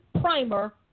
primer